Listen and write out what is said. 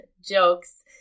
jokes